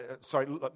sorry